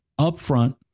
upfront